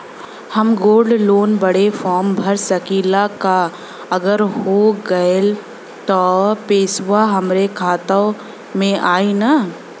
हम gold loan बड़े form भर सकी ला का अगर हो गैल त पेसवा हमरे खतवा में आई ना?